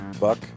buck